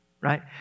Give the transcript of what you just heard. right